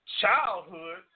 childhood